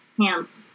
Ham's